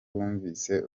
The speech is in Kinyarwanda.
bumvise